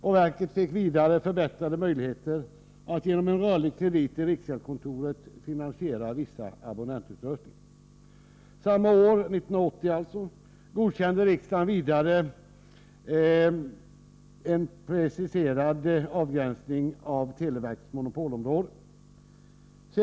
Televerket fick vidare genom en rörlig kredit i riksgäldskontoret förbättrade möjligheter att finansiera vissa abonnentutrustningar. Samma år, 1980, godkände riksdagen vidare en preciserad avgränsning av televerkets monopolområde.